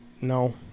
No